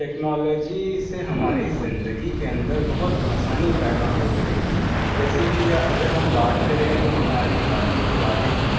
technology سے ہماری زندگی کے اندر بہت آسانی پیدا ہو گئی ہے جیسے کہ اگر ہم بات کریں جو ہماری دادی کی دادی تھیں